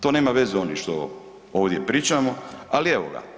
To nema veze oni što ovdje pričamo, ali evo ga.